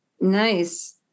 Nice